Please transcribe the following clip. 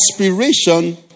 aspiration